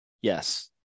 yes